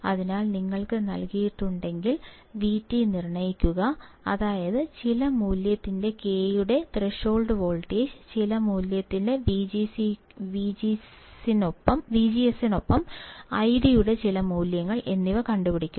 അതിനാൽ നിങ്ങൾക്ക് നൽകിയിട്ടുണ്ടെങ്കിൽ VT നിർണ്ണയിക്കുക അതായത് ചില മൂല്യത്തിന്റെ K യുടെ ത്രെഷോൾഡ് വോൾട്ടേജ് ചില മൂല്യത്തിന് വിജിഎസിനൊപ്പം ഐഡിയുടെ ചില മൂല്യങ്ങൾ എന്നിവ കണ്ടുപിടിക്കുക